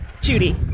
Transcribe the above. Judy